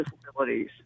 disabilities